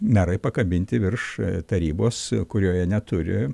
merai pakabinti virš tarybos kurioje neturi